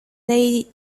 lay